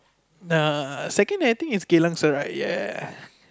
na second I think it's Geylang-Serai yeah